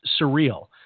surreal